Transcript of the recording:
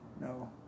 No